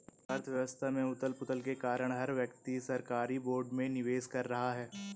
अर्थव्यवस्था में उथल पुथल के कारण हर व्यक्ति सरकारी बोर्ड में निवेश कर रहा है